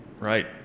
Right